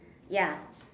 ya